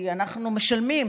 כי אנחנו משלמים.